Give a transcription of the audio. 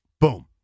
Boom